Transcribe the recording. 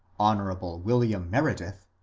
hon. william meredith,